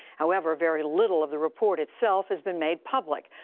however, very little of the report itself has been made public,